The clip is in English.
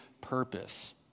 purpose